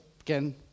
again